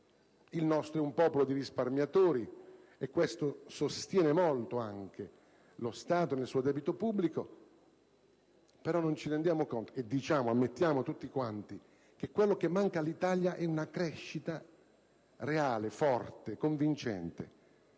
il nostro è un popolo di risparmiatori, e questo sostiene molto anche lo Stato, nel suo debito pubblico; però, ammettiamo tutti quanti che quello che manca all'Italia è una crescita reale, forte, convincente.